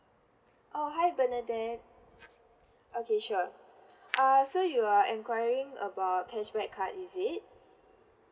oh hi bernadette okay sure uh so you are enquiring about cashback card is it